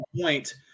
point